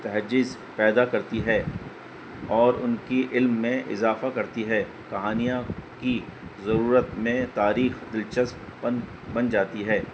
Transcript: تہذیب پیدا کرتی ہے اور ان کی علم میں اضافہ کرتی ہے کہانیاں کی ضرورت میں تاریخ دلچسپ بن بن جاتی ہے